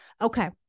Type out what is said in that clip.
Okay